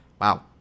Wow